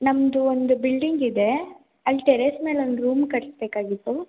ನಮ್ಮದು ಒಂದು ಬಿಲ್ಡಿಂಗ್ ಇದೆ ಅಲ್ಲಿ ಟೆರೇಸ್ ಮೇಲೆ ಒಂದು ರೂಮ್ ಕಟ್ಟಿಸ್ಬೇಕಾಗಿತ್ತು